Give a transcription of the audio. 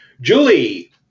Julie